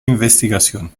investigación